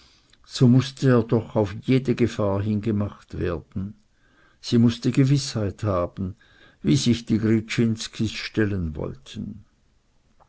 so mußt er doch auf jede gefahr hin gemacht werden sie mußte gewißheit haben wie sich die gryczinskis stellen wollten